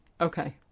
Okay